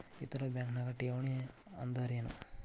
ಇತರ ಬ್ಯಾಂಕ್ನ ಠೇವಣಿ ಅನ್ದರೇನು?